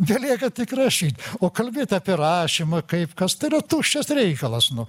belieka tik rašyt o kalbėt apie rašymą kaip kas tai yra tuščias reikalas nu